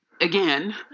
Again